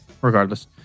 regardless